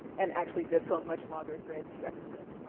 and actually, that's a much longer thread, too, everyone goes,